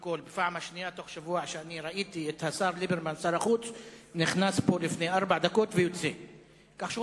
619, 626, 651, 658, 662, 670, 672, 680